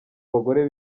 bagore